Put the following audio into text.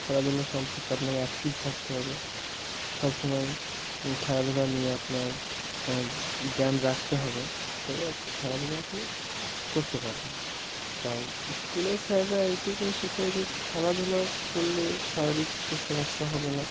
খেলাধুলা সম্পর্কে আপনাকে অ্যাক্টিভ থাকতে হবে সবসময় খেলাধুলা নিয়ে আপনার জ্ঞান রাখতে হবে তবে আর কি খেলাধুলা আপনি করতে পারবেন তাই স্কুলের স্যাররা এইটুখানি শেখায় যে খেলাধুলা করলে শারীরিক সমস্যা হবে না